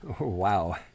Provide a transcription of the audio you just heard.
Wow